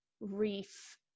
reef